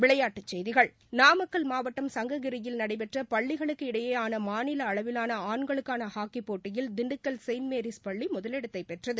விளையாட்டுச் செய்திகள் நாமக்கல் மாவட்டம் சங்ககிரியில் நடைபெற்ற பள்ளிகளுக்கு இடையேயான மாநில அளவிலான ஆண்களுக்கான ஹாக்கிப் போட்டியில் திண்டுக்கல் செயின்ட் மேரீஸ் பள்ளி முதலிடத்தை பெற்றது